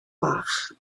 bach